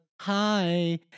hi